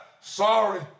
Sorry